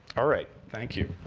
all right. thank you.